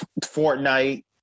Fortnite